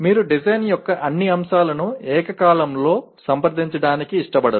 మీరు డిజైన్ యొక్క అన్ని అంశాలను ఏకకాలంలో సంప్రదించడానికి ఇష్టపడరు